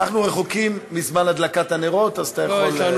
רחוקים מזמן הדלקת הנרות, אז אתה יכול.